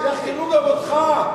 יחקרו גם אותך.